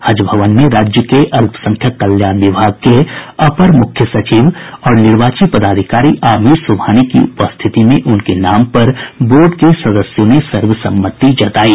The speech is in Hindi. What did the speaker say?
हज भवन में राज्य के अल्पसंख्यक कल्याण विभाग के अपर मुख्य सचिव और निर्वाची पदाधिकारी आमिर सुबहानी की उपस्थिति में उनके नाम पर बोर्ड के सदस्यों ने सर्वसम्मति जतायी